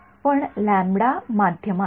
हो काही पण पण माध्यमात